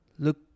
Look